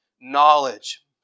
knowledge